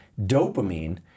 dopamine